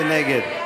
מי נגד?